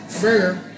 burger